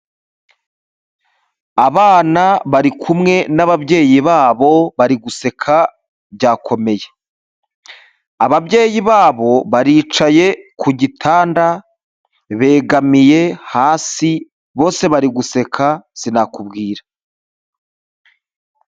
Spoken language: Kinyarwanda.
Abana bari kumwe n'ababyeyi babo, bari guseka byakomeye, ababyeyi babo baricaye ku gitanda, begamiye hasi, bose bari guseka sinakubwira!